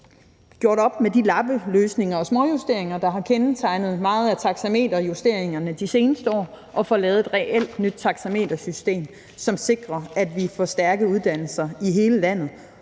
gjort op med de lappeløsninger og småjusteringer, der har kendetegnet meget af taxameterjusteringerne de seneste år, og får lavet et reelt nyt taxametersystem, som sikrer, at vi får stærke uddannelser i hele landet,